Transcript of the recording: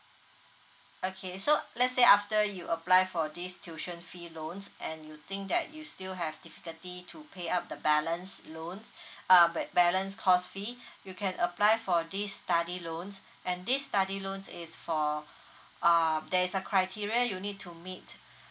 okay so let's say after you apply for this tuition fee loans and you think that you still have difficulty to pay up the balance loans uh ba~ balance cost fee you can apply for this study loans and this study loans is for uh there is a criteria you need to meet